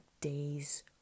days